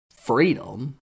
freedom